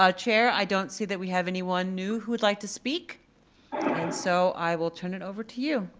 ah chair, i don't see that we have anyone new who would like to speak. and so i will turn it over to you.